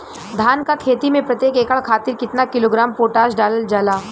धान क खेती में प्रत्येक एकड़ खातिर कितना किलोग्राम पोटाश डालल जाला?